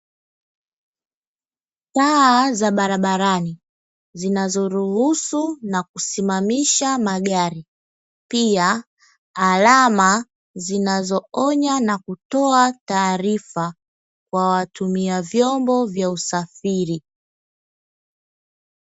Taa za barabarani zinazoruhusu na kusimamisha magari, pia alama zinazoonya na kutoa taarifa kwa watumia vyombo vya usafiri.